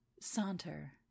saunter